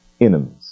enemies